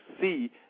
see